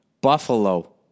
buffalo